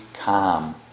calm